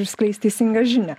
ir skleist teisingą žinią